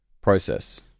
process